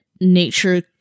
nature